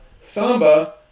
Samba